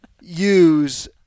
use